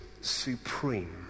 supreme